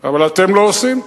אבל אתם לא עושים.